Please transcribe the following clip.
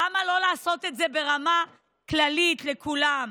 למה לא לעשות את זה ברמה כללית, לכולם?